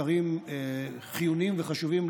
אתרים חיוניים וחשובים,